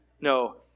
No